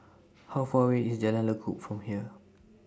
How Far away IS Jalan Lekub from here